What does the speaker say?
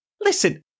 Listen